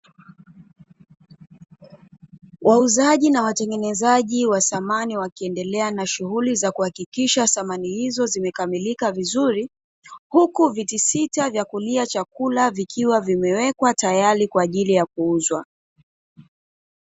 Wauzaji na watengenezaji wa samani wakiendelea na shughuli za kuhakikisha samani hizo zimekamilika vizuri, huku viti sita vya kulia chakula vikiwa vimewekwa tayari kwa ajili ya kuuzwa.